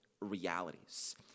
realities